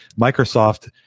Microsoft